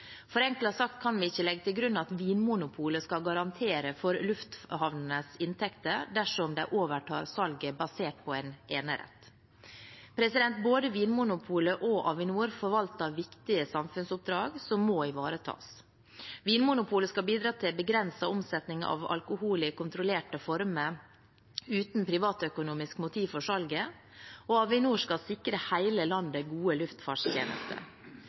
kan vi ikke legge til grunn at Vinmonopolet skal garantere for lufthavnenes inntekter dersom de overtar salget basert på en enerett. Både Vinmonopolet og Avinor forvalter viktige samfunnsoppdrag som må ivaretas. Vinmonopolet skal bidra til begrenset omsetning av alkohol i kontrollerte former uten privatøkonomiske motiver for salget, og Avinor skal sikre hele landet gode luftfartstjenester.